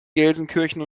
gelsenkirchen